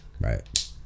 right